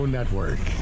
Network